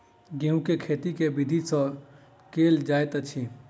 गेंहूँ केँ खेती केँ विधि सँ केल जाइत अछि?